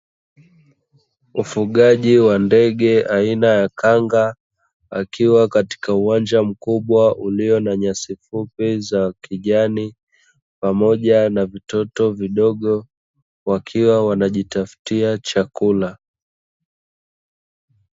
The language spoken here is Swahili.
Ufugaji wa ndege aina ya kanga akiwa katika uwanja mkubwa ulio na nyasi fupi za kijani, ndege wadogo wakiwa wanajitafutia chakula.